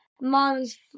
mom's